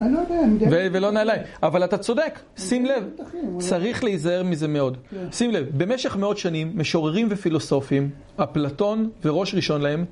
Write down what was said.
אני לא יודע, אני לא יודע. ולא נעליים. אבל אתה צודק, שים לב, צריך להיזהר מזה מאוד. שים לב, במשך מאות שנים, משוררים ופילוסופים, אפלטון וראש ראשון להם